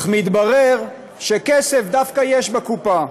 אך מתברר שכסף דווקא יש בקופה.